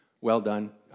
well-done